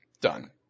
Done